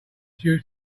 due